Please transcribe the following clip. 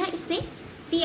dzसे दिया जाता है